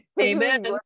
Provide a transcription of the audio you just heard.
Amen